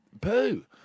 poo